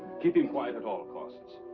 keep him quiet at all costs.